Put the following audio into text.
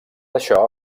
això